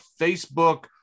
Facebook